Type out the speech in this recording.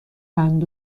قند